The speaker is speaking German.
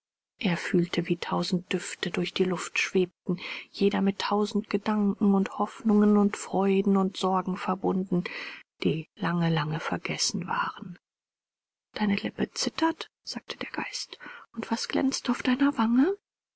er fühlte wie tausend düfte durch die luft schwebten jeder mit tausend gedanken und hoffnungen und freuden und sorgen verbunden die lange lange vergessen waren deine lippe zittert sagte der geist und was glänzt auf deiner wange